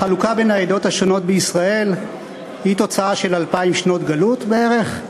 החלוקה בין העדות השונות בישראל היא תוצאה של אלפיים שנות גלות בערך,